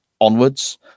onwards